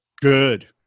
Good